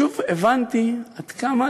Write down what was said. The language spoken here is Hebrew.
שוב הבנתי עד כמה,